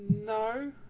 No